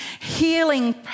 healing